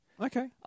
Okay